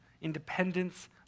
independence